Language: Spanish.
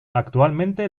actualmente